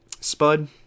Spud